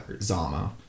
Zama